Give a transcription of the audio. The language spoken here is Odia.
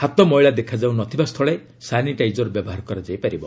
ହାତ ମଇଳା ଦେଖାଯାଉ ନ ଥିବା ସ୍ଥଳେ ସାନିଟାଇଜର ବ୍ୟବହାର କରାଯାଇ ପାରିବ